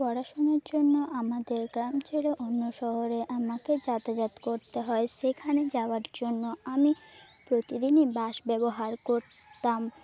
পড়াশোনার জন্য আমাদের গ্রাম ছেড়ে অন্য শহরে আমাকে যাতাযাত করতে হয় সেখানে যাওয়ার জন্য আমি প্রতিদিনই বাস ব্যবহার করতাম